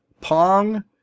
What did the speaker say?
pong